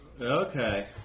Okay